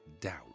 doubt